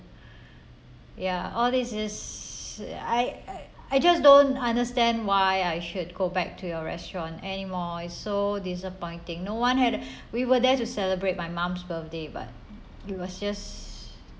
ya all these is I I I just don't understand why I should go back to your restaurant anymore it's so disappointing no one had we were there to celebrate my mom's birthday but it was just